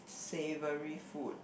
savory food